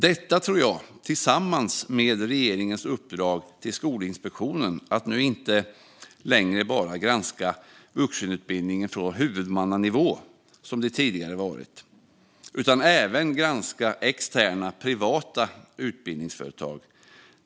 Detta tror jag får effekt tillsammans med regeringens uppdrag till Skolinspektionen att nu inte längre bara granska vuxenutbildningen på huvudmannanivå, som det varit tidigare, utan även granska externa, privata utbildningsföretag.